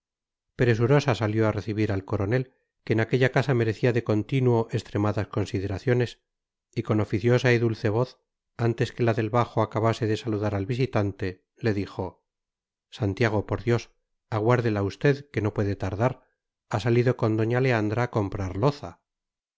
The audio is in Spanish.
presurosa salió a recibir al coronel que en aquella casa merecía de continuo extremadas consideraciones y con oficiosa y dulce voz antes que la del bajo acabase de saludar al visitante le dijo santiago por dios aguárdela usted que no puede tardar ha salido con doña leandra a comprar loza